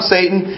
Satan